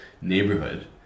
neighborhood